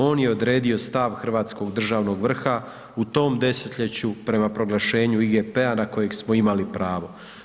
On je odredio stav hrvatskog državnog vrha u tom desetljeću prema proglašenju IGP-a na kojeg smo imali pravo.